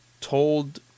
told